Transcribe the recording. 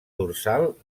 dorsal